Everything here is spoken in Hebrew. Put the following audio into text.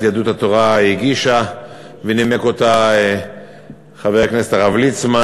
יהדות התורה הגישה ונימק אותה חבר הכנסת הרב ליצמן,